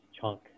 chunk